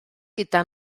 gyda